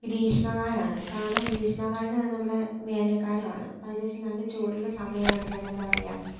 ഗ്രീഷ്മകാലമാണ് കാരണം ഗ്രീഷ്മകാലമെന്ന് പറഞ്ഞാൽ നമ്മുടെ വേനൽക്കാലമാണ് അതെന്ന് വെച്ചാൽ നല്ല ചൂടുള്ള സമയം ആയതുകൊണ്ടുതന്നെ എന്താണ് പറയുക